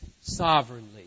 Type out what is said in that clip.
sovereignly